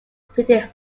pretty